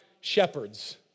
shepherds